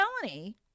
felony